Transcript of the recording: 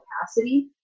capacity